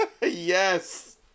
Yes